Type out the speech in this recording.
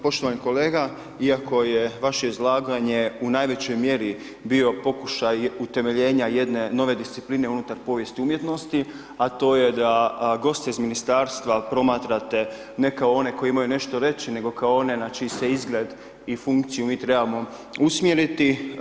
Poštovani kolega, iako je vaše izlaganje u najvećoj mjeri bio pokušaj utemeljenja jedne nove discipline unutar povijesti umjetnosti, a to je da goste iz ministarstva promatrate, ne kao one koji imaju nešto reći, nego kao one na čiji se izgled i funkciju mi trebamo usmjeriti.